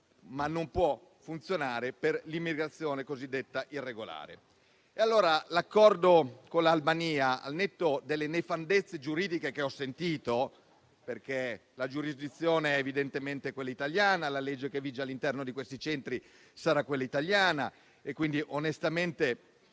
ma non può funzionare per l'immigrazione cosiddetta irregolare. Allora, l'accordo con l'Albania, al netto delle nefandezze giuridiche che ho sentito, perché la giurisdizione è evidentemente quella italiana e la legge che vige all'interno di questi centri sarà quella italiana, è talmente